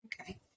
Okay